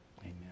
Amen